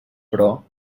però